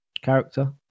character